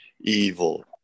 evil